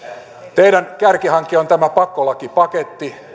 teidän kärkihankkeenne on tämä pakkolakipaketti